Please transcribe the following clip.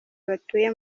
batuye